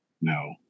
No